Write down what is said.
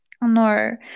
no